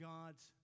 God's